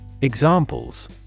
Examples